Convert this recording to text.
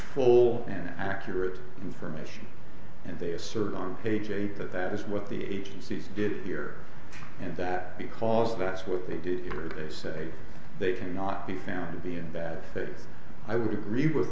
full and accurate information and they assert on page eight that that is what the agencies did here and that because that's what they do or they say they cannot be found to be in bad faith i would agree with